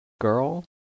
girl